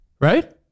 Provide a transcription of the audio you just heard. right